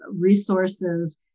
resources